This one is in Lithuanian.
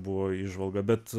buvo įžvalga bet